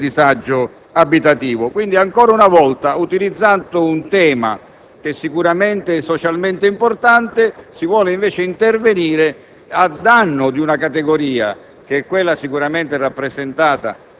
che presiedono alle esigenze del disagio abitativo. Ancora una volta, utilizzando un tema socialmente importante, si vuole invece intervenire a danno di una categoria,